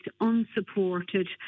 unsupported